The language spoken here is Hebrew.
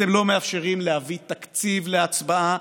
אתם לא מאפשרים להביא תקציב להצבעה,